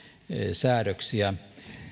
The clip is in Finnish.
säädöksiä